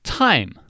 time